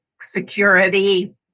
security